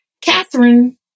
Catherine